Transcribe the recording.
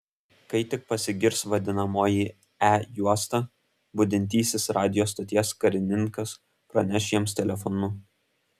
kai tik pasigirs vadinamoji e juosta budintysis radijo stoties karininkas praneš jiems telefonu